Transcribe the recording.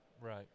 Right